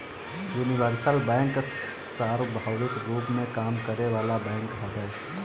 universal bank सार्वभौमिक रूप में काम करे वाला बैंक हवे